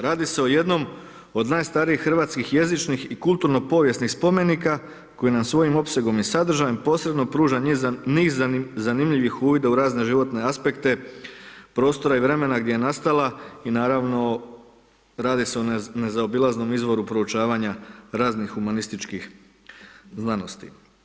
Radi se o jednom od najstarijih hrvatskih jezičnih i kulturno povijesnih spomenika koji nam svojim opsegom i sadržajem posredno pruža niz zanimljivih uvida u razne životne aspekte, prostora i vremena gdje je nastala i naravno radi se o nezaobilaznom izvoru proučavanja raznih humanističkih znanosti.